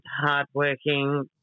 hardworking